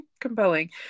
compelling